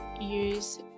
use